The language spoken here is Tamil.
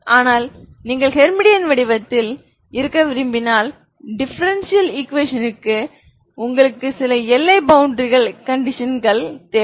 ஆனால் நீங்கள் ஹெர்மீடியன் வடிவத்தில் இருக்க விரும்பினால் டிஃபரெண்சியல் ஈகுவேஷன் ற்கு உங்களுக்கு சில எல்லை பவுண்டரி கண்டிஷன்கள் தேவை